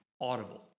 audible